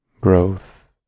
growth